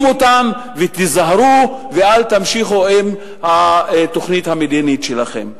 אותם: תיזהרו ואל תמשיכו עם התוכנית המדינית שלכם.